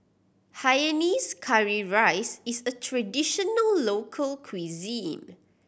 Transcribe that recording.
hainanese curry rice is a traditional local cuisine